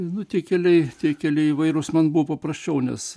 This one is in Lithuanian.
nu tie keliai tie keliai įvairūs man buvo paprasčiau nes